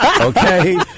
Okay